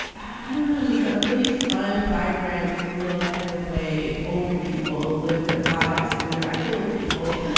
i don't know, just a really fun, vibrant look at the way older people live their lives when they're not killing people.